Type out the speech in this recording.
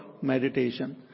meditation